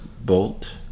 Bolt